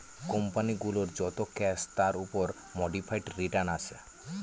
company গুলোর যত cash তার উপর মোডিফাইড রিটার্ন আসে